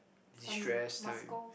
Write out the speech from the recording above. destress time